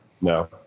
No